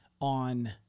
On